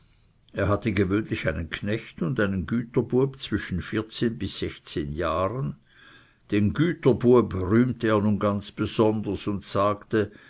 er hatte gewöhnlich einen knecht und einen güterbueb zwischen vierzehn bis sechzehn jahren den güterbueb rühmte er nun ganz besonders und sagte